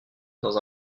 dans